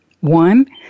One